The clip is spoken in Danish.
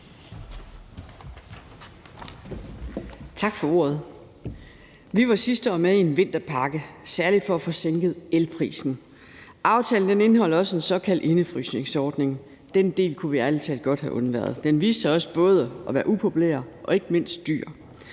Tak for ordet. Vi var sidste år med i en vinterpakke, særlig for at få sænket elprisen. Aftalen indeholdt også en såkaldt indefrysningsordning. Den del kunne vi ærlig talt godt have undværet. Den viste sig også at være både upopulær og ikke mindst dyr.